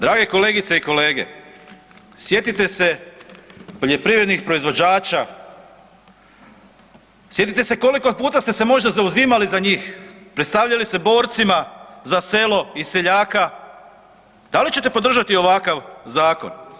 Drage kolegice i kolege, sjetite se poljoprivrednih proizvođača, sjetite se koliko puta ste se možda zauzimali za njih, predstavljali se borcima za selo i seljaka, da li ćete podržati ovakav zakon?